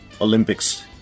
Olympics